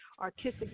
artistic